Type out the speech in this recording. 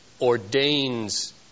ordains